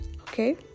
okay